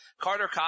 Carter